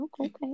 Okay